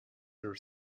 her